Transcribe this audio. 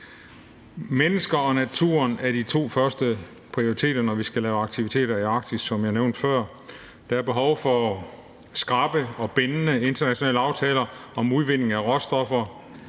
Mennesker og natur er de to første prioriteter, når vi skal lave aktiviteter i Arktis, som jeg nævnte før. Der er behov for skrappe og bindende internationale aftaler om udvinding af råstoffer